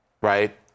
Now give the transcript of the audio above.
right